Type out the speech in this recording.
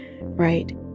Right